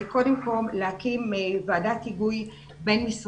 זה קודם כל להקים ועדת היגוי בין-משרדית